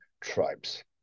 tribes